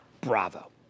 bravo